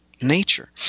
nature